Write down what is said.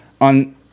on